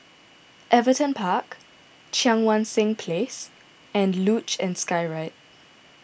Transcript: Everton Park Cheang Wan Seng Place and Luge and Skyride